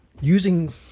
using